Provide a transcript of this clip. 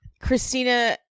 Christina